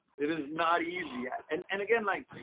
it is not easy. ah and and again, like,